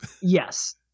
Yes